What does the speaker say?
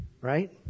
right